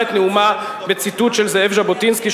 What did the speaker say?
את נאומה בציטוט של זאב ז'בוטינסקי,